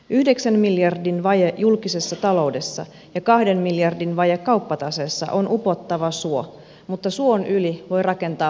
yhdeksän miljardin vaje julkisessa taloudessa ja kahden miljardin vaje kauppataseessa on upottava suo mutta suon yli voi rakentaa pitkospuut